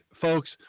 folks